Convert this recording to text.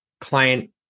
client